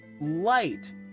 light